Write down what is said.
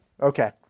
Okay